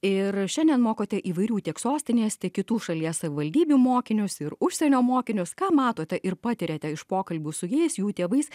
ir šiandien mokote įvairių tiek sostinės tiek kitų šalies savivaldybių mokinius ir užsienio mokinius ką matote ir patiriate iš pokalbių su jais jų tėvais